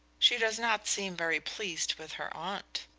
she does not seem very pleased with her aunt.